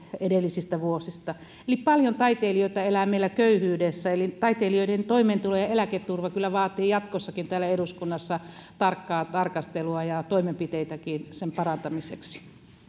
edellisistä vuosista paljon taiteilijoita elää meillä köyhyydessä eli taiteilijoiden toimeentulo ja eläketurva kyllä vaatii jatkossakin täällä eduskunnassa tarkkaa tarkastelua ja toimenpiteitäkin sen parantamiseksi